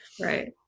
Right